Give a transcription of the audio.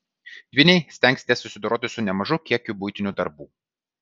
dvyniai stengsitės susidoroti su nemažu kiekiu buitinių darbų